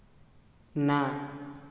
ନା